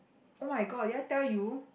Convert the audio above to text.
oh-my-god did I tell you